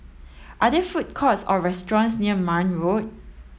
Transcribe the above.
are there food courts or restaurants near Marne Road